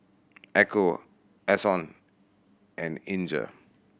Echo Ason and Inger